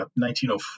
1904